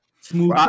Smooth